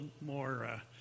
more